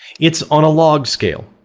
it's on a log scale,